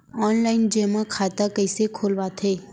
Online जेमा खाता कइसे खोलवाथे?